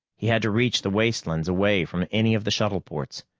he had to reach the wastelands away from any of the shuttle ports.